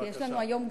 כי יש לנו היום,